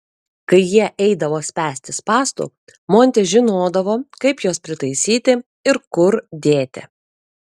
kai jie eidavo spęsti spąstų montis žinodavo kaip juos pritaisyti ir kur dėti